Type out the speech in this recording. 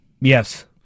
Yes